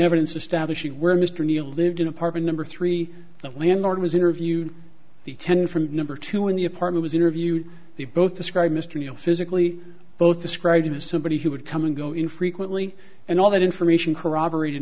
evidence of stablish where mr neil lived in apartment number three the landlord was interviewed the ten from number two in the apartment was interviewed they both described mr you know physically both described him as somebody who would come and go infrequently and all that information corroborate